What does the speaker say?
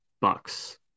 Bucks